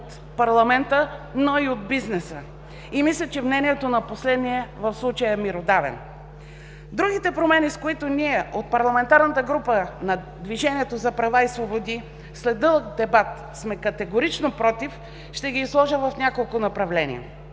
от парламента, но и от бизнеса. Мисля, че мнението на последния в случая е меродавен. Другите промени, с които ние от парламентарната група на „Движението за права и свободи“ след дълъг дебат сме категорично „против“, ще ги изложа в няколко направления,